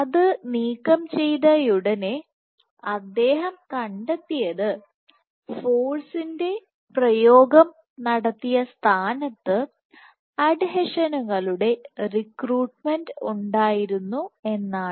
അത് നീക്കം ചെയ്തയുടനെ അദ്ദേഹം കണ്ടെത്തിയത് ഫോഴ്സിൻറെ പ്രയോഗം നടത്തിയ സ്ഥാനത്ത് അഡ്ഹീഷനുകളുടെ റിക്രൂട്ട്മെന്റ് ഉണ്ടായിരുന്നു എന്നാണ്